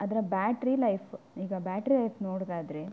ಅದರ battery life ಈಗ battery life ನೋಡುದಾದರೆ